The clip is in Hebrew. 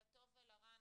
לטוב ולרע,